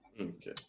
Okay